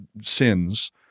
sins